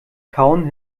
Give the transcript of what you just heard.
kauen